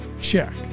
Check